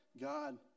God